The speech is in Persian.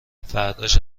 فرداش